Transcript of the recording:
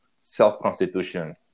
self-constitution